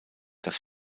das